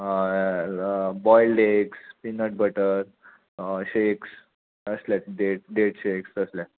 हय boiled eggs peanut butter shakes आसले date date shakes तसले